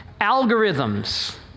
Algorithms